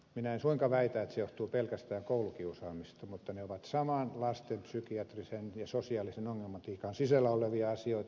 minä en suinkaan väitä että se johtuu pelkästään koulukiusaamisesta mutta ne ovat saman lastenpsykiatrisen ja sosiaalisen ongelmatiikan sisällä olevia asioita